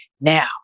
now